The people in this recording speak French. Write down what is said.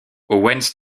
owens